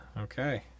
Okay